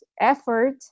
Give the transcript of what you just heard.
effort